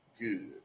good